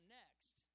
next